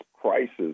crisis